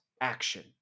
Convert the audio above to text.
action